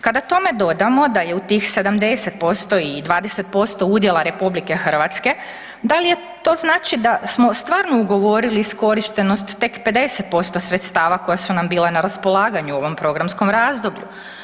Kada tome dodamo da je u tih 70% i 20% udjela RH, da li to znači da smo stvarno ugovorili iskorištenost tek 50% sredstava koja su nam bila na raspolaganju u ovom programskom razdoblju?